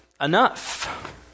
enough